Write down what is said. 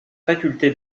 faculté